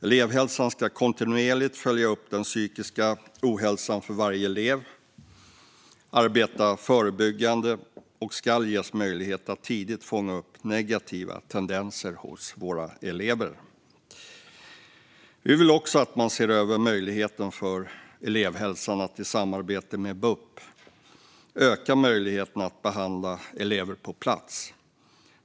Elevhälsan ska kontinuerligt följa upp den psykiska ohälsan för varje elev, arbeta förebyggande och ges möjlighet att tidigt fånga upp negativa tendenser hos våra elever. Vi vill också att man ser över möjligheten för elevhälsan att i samarbete med BUP öka möjligheterna att behandla elever på plats.